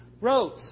wrote